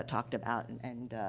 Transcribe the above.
talked about and, and